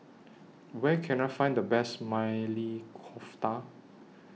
Where Can I Find The Best Maili Kofta